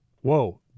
whoa